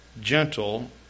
gentle